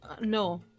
No